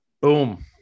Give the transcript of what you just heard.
Boom